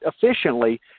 efficiently